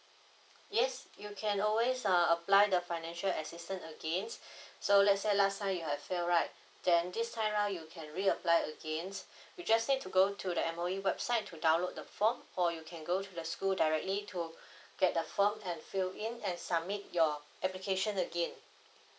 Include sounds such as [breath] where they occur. yes you can always uh apply the financial assistance again [breath] so let's say last time you've failed right then this time around you can reapply again you just need to go to the M_O_E website to download the form or you can go to the school directly to [breath] get the form and fill in and submit your application again